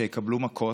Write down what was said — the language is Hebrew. שיקבלו מכות,